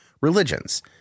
religions